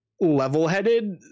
Level-headed